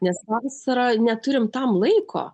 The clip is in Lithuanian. nes vasarą neturim tam laiko